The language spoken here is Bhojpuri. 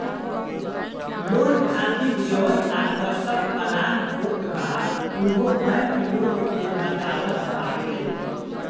लोन खातिर जवन आकर्षक प्लान होत बा उहो बैंक लोग के बतावत बाटे